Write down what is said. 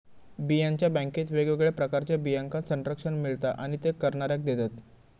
बियांच्या बॅन्केत वेगवेगळ्या प्रकारच्या बियांका संरक्षण मिळता आणि ते करणाऱ्याक देतत